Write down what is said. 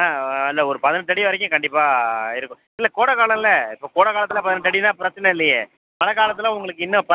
ஆ இல்லை ஒரு பதினெட்டு அடி வரைக்கும் கண்டிப்பாக இருக்கும் இல்லை கோடகாலோம்ல இப்போ கோடை காலத்தில் பதினெட்டு அடின்னா பிரச்சின்ன இல்லையே மழை காலத்தில் உங்களுக்கு இன்னும் ப